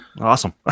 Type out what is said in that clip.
Awesome